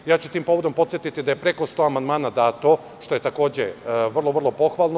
Ja ću tim povodom podsetiti da je preko 100 amandmana dato, što je takođe vrlo pohvalno.